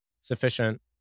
sufficient